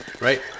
right